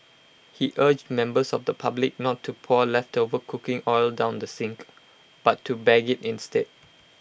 he urged members of the public not to pour leftover cooking oil down the sink but to bag IT instead